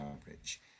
average